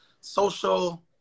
social